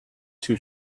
too